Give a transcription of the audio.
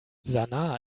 sanaa